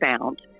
found